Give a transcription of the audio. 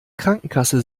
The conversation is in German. krankenkasse